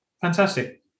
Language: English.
Fantastic